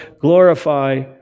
glorify